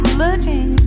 looking